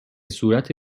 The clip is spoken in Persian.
صورت